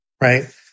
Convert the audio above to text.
right